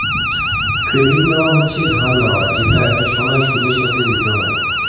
credit নেওয়া হচ্ছে ধার নেওয়া যেটা একটা সময় সুদের সাথে দিতে হয়